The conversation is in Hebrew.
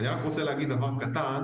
אני רק רוצה לומר דבר קטן.